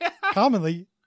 Commonly